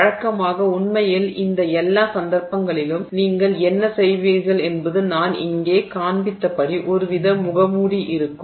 வழக்கமாக உண்மையில் இந்த எல்லா சந்தர்ப்பங்களிலும் நீங்கள் என்ன செய்வீர்கள் என்பது நான் இங்கே காண்பித்தபடி ஒருவித முகமூடி இருக்கும்